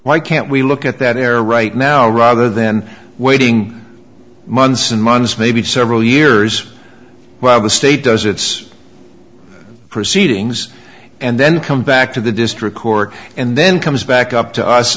why can't we look at that there right now rather than waiting months and months maybe several years while the state does its proceedings and then come back to the district court and then comes back up to us